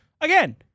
again